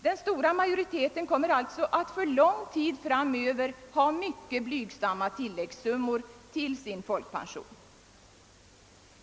Den stora majoriteten kommer alltså att för lång tid framöver ha mycket blygsamma tilläggsbelopp utöver sin folkpension.